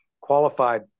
qualified